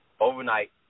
overnight